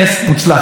אחריו,